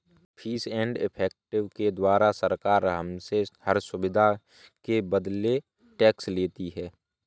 fees and effective के द्वारा सरकार हमसे हर सुविधा के बदले टैक्स लेती है